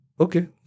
Okay